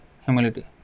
Humility